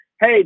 hey